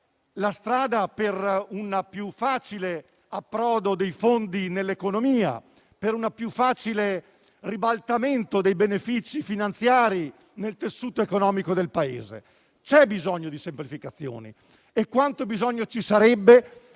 la strada per un più facile approdo dei fondi in economia e un più facile ribaltamento dei benefici finanziari nel tessuto economico del Paese. C'è bisogno di semplificazioni e tanta necessità